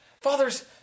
Father's